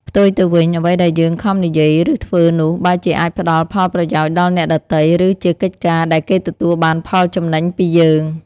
ផ្ទុយទៅវិញ អ្វីដែលយើងខំនិយាយ ឬធ្វើនោះ បែរជាអាចផ្ដល់ផលប្រយោជន៍ដល់អ្នកដទៃ ឬជាកិច្ចការដែលគេទទួលបានផលចំណេញពីយើង។